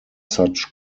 such